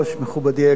מכובדי היקר,